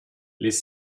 les